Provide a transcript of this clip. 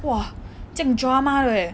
!wah! 这样 drama 的 leh